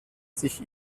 sich